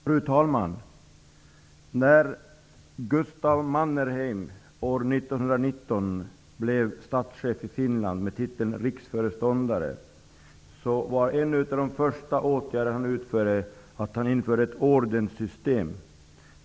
Fru talman! När Gustaf Mannerheim år 1919 blev statschef i Finland med titeln riksföreståndare var en av hans första åtgärder att införa ett ordenssystem.